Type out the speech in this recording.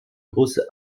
große